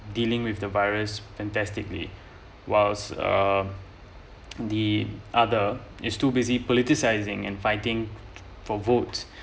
dealing with the virus fantastically was uh the other is too busy politicising and fighting for votes